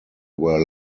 were